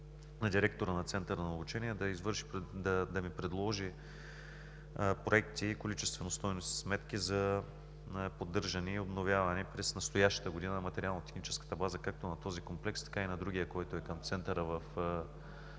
на директора на Центъра за обучение да ми предложи проекти и количествено-стойностни сметки за поддържане и обновяване през настоящата година на материално-техническата база както на този комплекс, така и на други, който е към Центъра в